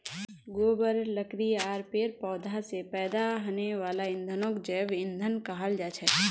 गोबर लकड़ी आर पेड़ पौधा स पैदा हने वाला ईंधनक जैव ईंधन कहाल जाछेक